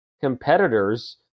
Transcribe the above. competitors